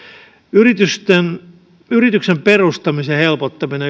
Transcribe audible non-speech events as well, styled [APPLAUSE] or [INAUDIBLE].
yrityksen perustamisen helpottaminen [UNINTELLIGIBLE]